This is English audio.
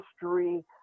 history